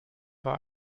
war